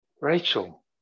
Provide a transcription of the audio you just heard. Rachel